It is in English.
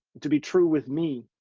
to be true with me,